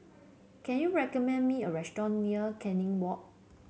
can you recommend me a restaurant near Canning Walk